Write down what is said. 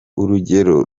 urugero